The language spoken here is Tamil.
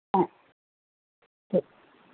ஆ சரி